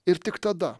ir tik tada